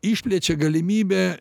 išplečia galimybę